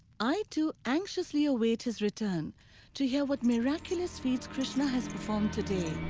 i, too, anxiously await his return to hear what miraculous feats krishna has performed today.